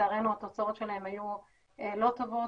לצערנו התוצאות שלהם היו לא טובות